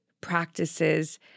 practices